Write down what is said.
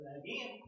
again